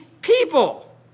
people